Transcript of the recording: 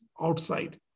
Outside